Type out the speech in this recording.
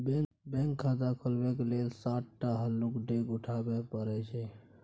bank खाता खोलय लेल सात टा हल्लुक डेग उठाबे परय छै